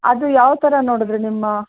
ಅದು ಯಾವ ಥರ ನೋಡಿದ್ರಿ ನಿಮ್ಮ